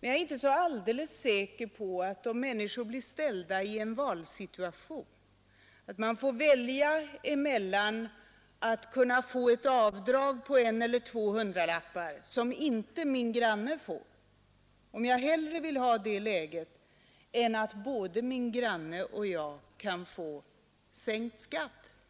Men jag är inte alldeles säker på att jag, om jag får välja, hellre vill kunna få ett avdrag på en hundralapp som inte min granne får än att både min granne och jag skall kunna få skatten sänkt